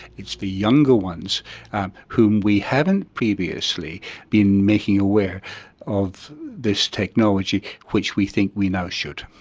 it's the younger ones whom we haven't previously been making aware of this technology which we think we now should.